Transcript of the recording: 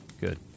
Good